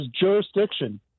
jurisdiction